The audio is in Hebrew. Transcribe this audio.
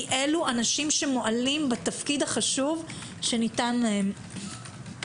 כי אלו אנשים שמועלים בתפקיד החשוב שניתן להם.